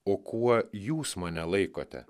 o kuo jūs mane laikote